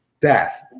death